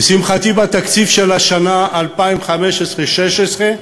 לשמחתי, בתקציב של השנה, 2015 2016,